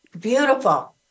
Beautiful